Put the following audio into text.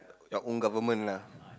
your own government lah